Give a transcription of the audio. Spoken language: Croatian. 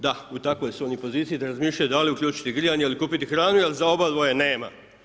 Da, u takvoj su oni poziciji da razmišljaju da li uključiti grijanje ili kupiti hranu jer za obadvoje nema.